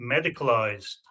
medicalized